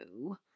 no